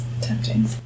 tempting